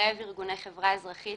לערב ארגוני החברה האזרחית